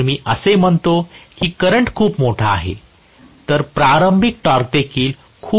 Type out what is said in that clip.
जर मी असे म्हणतो की करंट खूप मोठा आहे तर प्रारंभिक टॉर्क देखील खूप मोठा असेल